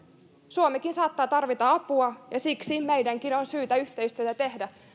suomikin saattaa tarvita apua ja siksi meidänkin on syytä yhteistyötä tehdä